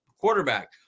quarterback